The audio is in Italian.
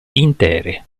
intere